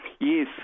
Yes